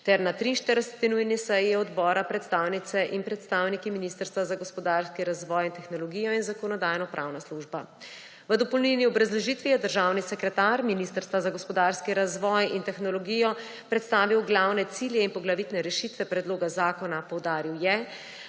ter na 43. nujni seji odbora predstavnice in predstavniki Ministrstva za gospodarski razvoj in tehnologijo in Zakonodajno-pravna služba. V dopolnilni obrazložitvi je državni sekretar Ministrstva za gospodarski razvoj in tehnologijo predstavil glavne cilje in poglavitne rešitve predloga zakona. Poudaril je,